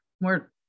more